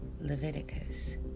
Leviticus